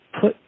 put